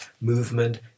movement